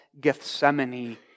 Gethsemane